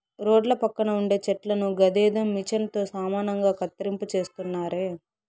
రోడ్ల పక్కన ఉండే చెట్లను గదేదో మిచన్ తో సమానంగా కత్తిరింపు చేస్తున్నారే